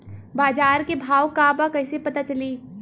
बाजार के भाव का बा कईसे पता चली?